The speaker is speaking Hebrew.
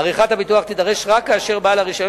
עריכת הביטוח תידרש רק כאשר בעל הרשיון